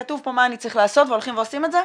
כתוב פה מה אני צריך לעשות והולכים ועושים את זה?